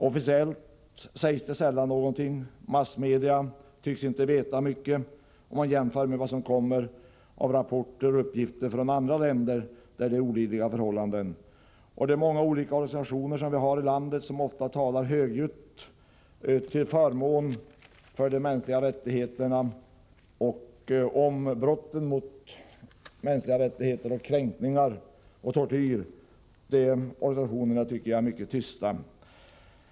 Officiellt sägs det sällan någonting. Massmedia tycks inte heller veta mycket, om man jämför med de rapporter och uppgifter som kommer från andra länder där det råder olidliga förhållanden. Det finns många olika organisationer i landet som ofta talar högljutt till förmån för de mänskliga rättigheterna och som rapporterar om brott och kränkningar mot dem, tortyr och liknande. De organisationerna tycker jag i detta sammanhang är mycket tysta.